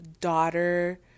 daughter